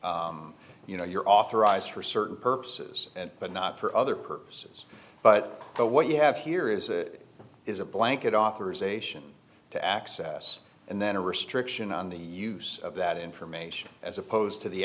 you know you're authorized for certain purposes but not for other purposes but so what you have here is is a blanket authorization to access and then a restriction on the use of that information as opposed to the